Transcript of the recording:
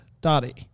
Dottie